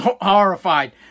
horrified